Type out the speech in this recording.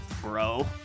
bro